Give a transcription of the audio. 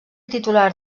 titular